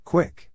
Quick